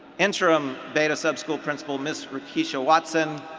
interim beta sub-school principal ms. keshia watson,